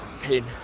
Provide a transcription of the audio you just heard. pain